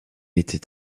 était